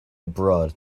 abroad